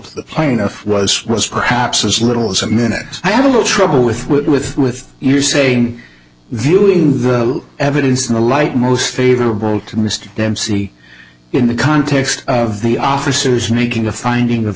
to the plaintiff was was perhaps as little as a minute i have a little trouble with with with with you saying viewing the evidence in the light most favorable to mr dempsey in the context of the officers making a finding